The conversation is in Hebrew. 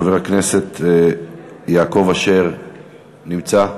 חבר הכנסת יעקב אשר נמצא?